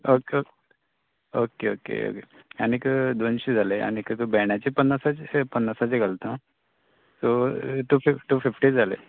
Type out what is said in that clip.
okay okay okay okay आनीक दोनशे जाले आनीक भेंड्याचे पन्नासा पन्नासाचे घालता हांव सो टू फिफ्टी टू फिफ्टी जाले